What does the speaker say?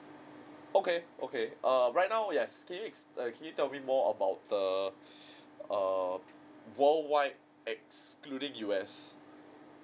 okay okay err right now yes can you exp~ err can you tell me more about the err worldwide excluding U_S